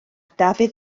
dafydd